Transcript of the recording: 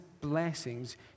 blessings